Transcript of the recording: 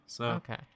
Okay